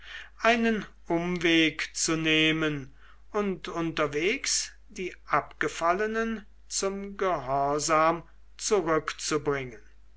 einen umweg zu nehmen und unterwegs die abgefallenen zum gehorsam zurückzubringen